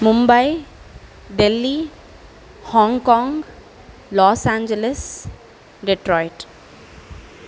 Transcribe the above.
Mumbai Delhi Hong Kong Los Angeles Detroit